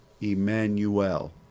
Emmanuel